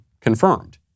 Confirmed